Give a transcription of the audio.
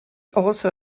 also